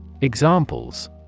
Examples